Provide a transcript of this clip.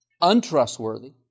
untrustworthy